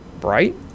bright